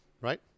Right